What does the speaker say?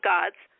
God's